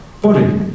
body